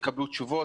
יקבלו תשובות,